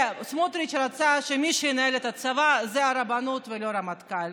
סמוטריץ' רצה שמי שינהל את הצבא יהיה הרבנות ולא הרמטכ"ל.